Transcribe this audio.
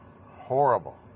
Horrible